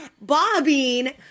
bobbing